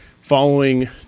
following